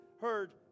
heard